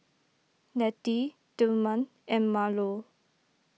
Letty Tillman and Marlo